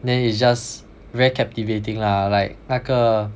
then it's just very captivating lah like 那个